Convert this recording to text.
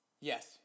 Yes